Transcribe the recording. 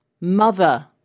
Mother